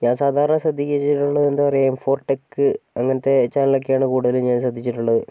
ഞാൻ സാധാരണ ശ്രദ്ധിച്ചിട്ടുള്ളത് എന്താണ് പറയുക ഫോർ ടെക്ക് അങ്ങനത്തെ ചാനലൊക്കെയാണ് കൂടുതലും ഞാൻ ശ്രദ്ധിച്ചിട്ടുള്ളത്